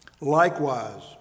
Likewise